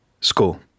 school